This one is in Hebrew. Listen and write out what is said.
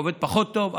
עובד פחות טוב,